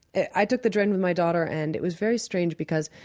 i took the train with my daughter and it was very strange because,